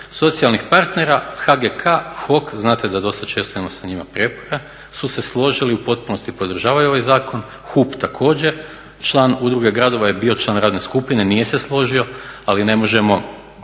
socijalnih partnera HGK, HOK znate da dosta često imam sa njima prijepora su se složili u potpunosti, podržavaju ovaj zakon. HUP također, član udruge gradova je bio član radne skupine nije se složio, ali ne možemo